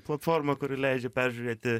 platforma kuri leidžia peržiūrėti